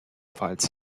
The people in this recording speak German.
pfalz